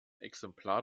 exemplar